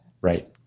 right